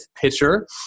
pitcher